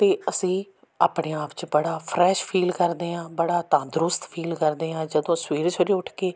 ਅਤੇ ਅਸੀਂ ਆਪਣੇ ਆਪ 'ਚ ਬੜਾ ਫਰੈਸ਼ ਫੀਲ ਕਰਦੇ ਹਾਂ ਬੜਾ ਤੰਦਰੁਸਤ ਫੀਲ ਕਰਦੇ ਹਾਂ ਜਦੋਂ ਸਵੇਰੇ ਸਵੇਰੇ ਉੱਠ ਕੇ